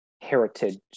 heritage